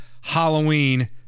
halloween